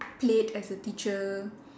played as a teacher